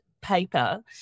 paper